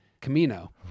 Camino